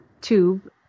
tube